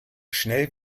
schnell